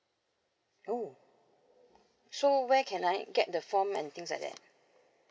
oh so where can I get the form and things like that